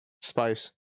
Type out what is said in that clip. spice